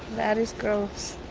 that is gross.